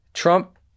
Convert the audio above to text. Trump